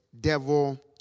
devil